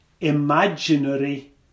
imaginary